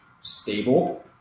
stable